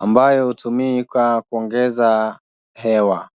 ambayo hutumika kuongeza hewa.